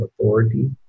authority